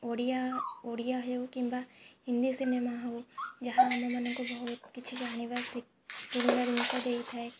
ଓଡ଼ିଆ ଓଡ଼ିଆ ହେଉ କିମ୍ବା ହିନ୍ଦୀ ସିନେମା ହେଉ ଯାହା ଆମମାନଙ୍କୁ ବହୁତ କିଛି ଜାଣିବା ଶୁଣିବା ଜିନିଷ ଦେଇଥାଏ